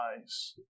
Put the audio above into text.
eyes